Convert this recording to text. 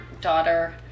daughter